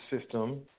system